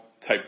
type